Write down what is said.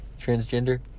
transgender